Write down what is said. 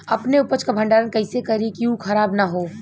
अपने उपज क भंडारन कइसे करीं कि उ खराब न हो?